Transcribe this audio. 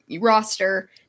roster